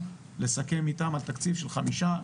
לסכם איתם על תקציב של חמישה,